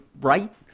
right